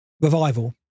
revival